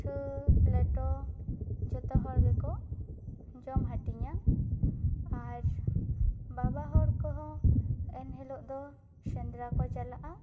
ᱯᱤᱴᱷᱟᱹ ᱞᱮᱴᱚ ᱡᱷᱚᱛᱚ ᱦᱚᱲ ᱜᱮᱠᱚ ᱡᱚᱢ ᱦᱟᱹᱴᱤᱧᱟ ᱟᱨ ᱵᱟᱵᱟ ᱦᱚᱲ ᱠᱚᱦᱚᱸ ᱮᱱ ᱦᱤᱞᱳᱜ ᱫᱚ ᱥᱮᱫᱽᱨᱟ ᱠᱚ ᱪᱟᱞᱟᱜᱼᱟ